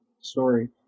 story